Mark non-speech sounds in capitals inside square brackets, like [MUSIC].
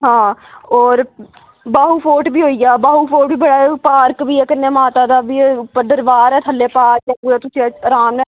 हां होर बाहु फोर्ट बी होई गेआ बाहु फोर्ट बी बड़ा पार्क बी ऐ कन्नै माता दा बी उप्पर दरबार ऐ थल्ले पार्क ऐ [UNINTELLIGIBLE] अराम कन्नै